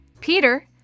Peter